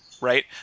right